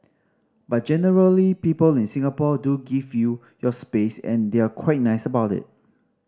but generally people in Singapore do give you your space and they're quite nice about it